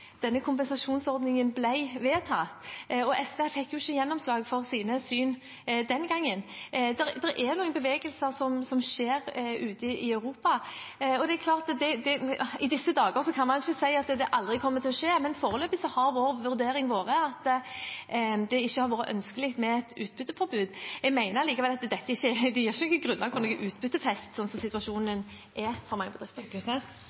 denne kompensasjonsordningen ble vedtatt. SV fikk ikke gjennomslag for sitt syn den gangen. Det er bevegelser ute i Europa, og i disse dager kan man ikke si at det aldri kommer til å skje, men foreløpig har vår vurdering vært at det ikke har vært ønskelig med et utbytteforbud. Jeg mener likevel at dette ikke gir grunnlag for noen utbyttefest, sånn